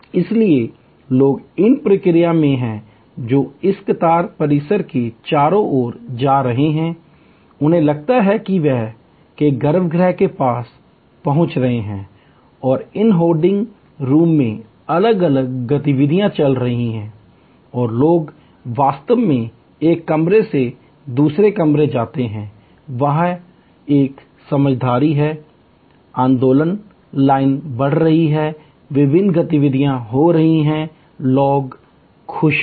इसलिए लोग इस प्रक्रिया में हैं वे इस कतार परिसर के चारों ओर जा रहे हैं उन्हें लगता है कि वहां के गर्भगृह के पास पहुंच रहे हैं और इन होल्डिंग रूम में अलग अलग गतिविधियाँ चल रही हैं और लोग वास्तव में एक कमरे से दूसरे कमरे में जाते हैं वहाँ एक गति की भावना है लाइन बढ़ रही है विभिन्न गतिविधियाँ हो रही हैं लोग खुश हैं